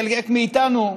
חלק מאיתנו,